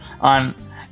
on